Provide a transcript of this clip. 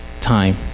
time